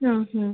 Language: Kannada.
ಹಾಂ ಹಾಂ